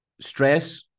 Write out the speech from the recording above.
stress